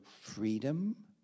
freedom